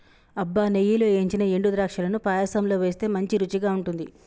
అబ్బ నెయ్యిలో ఏయించిన ఎండు ద్రాక్షలను పాయసంలో వేస్తే మంచి రుచిగా ఉంటుంది